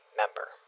member